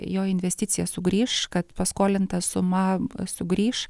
jo investicija sugrįš kad paskolinta suma sugrįš